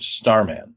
Starman